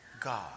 God